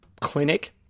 clinic